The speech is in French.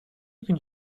qu’une